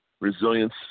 resilience